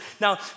now